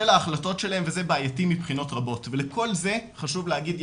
של ההחלטות שלהם וזה בעייתי מבחינות רבות ולכל זה חשוב להגיד,